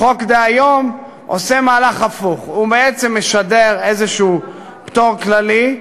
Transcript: החוק דהיום עושה מהלך הפוך: הוא בעצם משדר איזה פטור כללי,